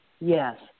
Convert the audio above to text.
Yes